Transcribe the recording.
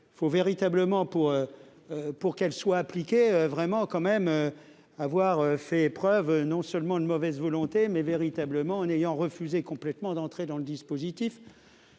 Faut véritablement pour. Pour qu'elle soit appliquée vraiment quand même. Avoir fait preuve non seulement une mauvaise volonté mais véritablement en ayant refusé complètement d'entrer dans le dispositif.